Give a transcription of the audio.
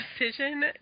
decision